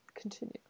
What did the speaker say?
Continue